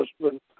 husband